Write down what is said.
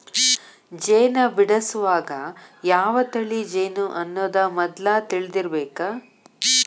ಜೇನ ಬಿಡಸುವಾಗ ಯಾವ ತಳಿ ಜೇನು ಅನ್ನುದ ಮದ್ಲ ತಿಳದಿರಬೇಕ